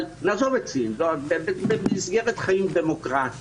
אבל נעזוב את סין, במסגרת חיים דמוקרטיים.